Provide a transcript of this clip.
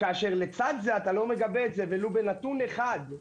כאשר לצד זה אתה לא מגבה את זה ולו בנתון אחד,